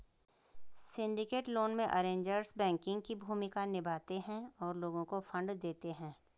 syndicated loan में, arrangers banking की भूमिका निभाते हैं और लोगों को फंड देते हैं